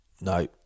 No